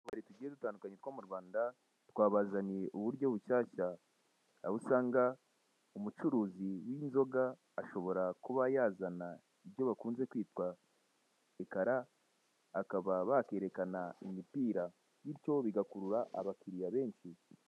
Utubari tugiye dutandukanye mu Rwanda twabazaniye uburyo bushyashya, aho usanga umucuruzi w'inzoga ashobora kuzana ibyo bakunze kwita ekara, akaba bakwerekana imipira bityo bigakurura abakiliya benshi.